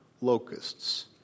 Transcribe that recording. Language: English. locusts